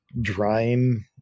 drying